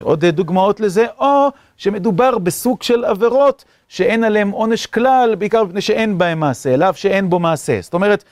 עוד דוגמאות לזה, או שמדובר בסוג של עבירות שאין עליהן עונש כלל, בעיקר בפני שאין בהן מעשה, אלא אף שאין בו מעשה, זאת אומרת...